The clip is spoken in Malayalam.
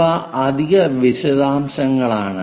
ഇവ അധിക വിശദാംശങ്ങളാണ്